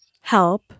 Help